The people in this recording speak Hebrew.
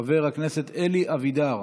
חבר הכנסת אלי אבידר,